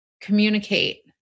Communicate